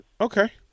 Okay